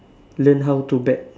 learn how to bet